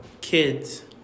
Kids